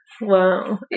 Wow